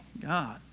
God